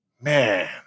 man